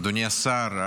אדוני השר,